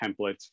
templates